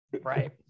Right